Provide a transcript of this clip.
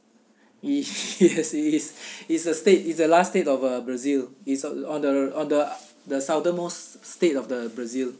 yes it is it's a state is the large state of uh brazil it is on the on the the southern most state of the brazil